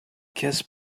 kiss